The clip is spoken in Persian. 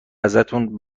ازتون